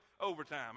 overtime